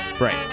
Right